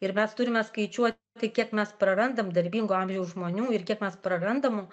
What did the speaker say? ir mes turime skaičiuoti kiek mes prarandam darbingo amžiaus žmonių ir kiek mes prarandam